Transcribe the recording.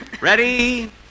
Ready